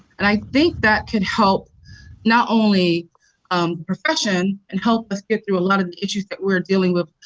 and i think that could help not only the um profession and help us get through a lot of the issues that we are dealing with